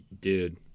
Dude